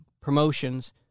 promotions